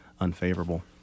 unfavorable